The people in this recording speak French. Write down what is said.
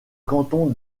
canton